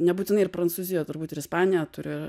nebūtinai ir prancūzija turbūt ir ispanija turi